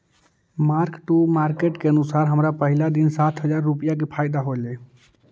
mark to market के अनुसार हमरा पहिला दिन सात हजार रुपईया के फयदा होयलई